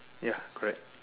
ya correct